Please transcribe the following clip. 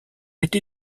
été